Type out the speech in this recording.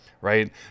right